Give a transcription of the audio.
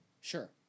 Sure